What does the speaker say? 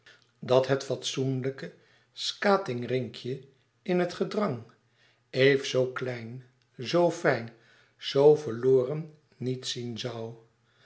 dat het fatsoenlijke skatingrinkje in het gedrang eve zoo klein zoo fijn zoo verloren niet zien zoû